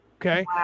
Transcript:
okay